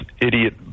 idiot